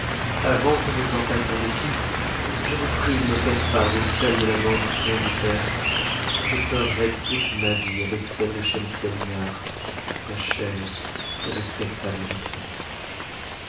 avant que je vous en fasse le réc t je vous prie de me faire part de celles de la mort du prince de perse que je pleurerai toute ma vie avec celle de schemselnihar ma chère et respectable mai